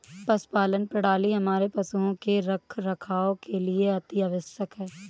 पशुपालन प्रणाली हमारे पशुओं के रखरखाव के लिए अति आवश्यक है